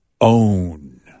own